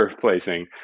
placing